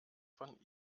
von